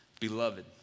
Beloved